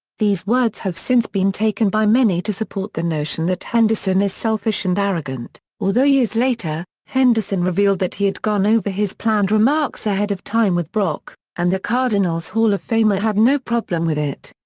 these words have since been taken by many to support the notion that henderson is selfish and arrogant, although years later, henderson revealed that he had gone over his planned remarks ahead of time with brock, and the cardinals hall of famer had no problem with it.